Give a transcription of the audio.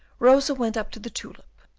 rosa went up to the tulip,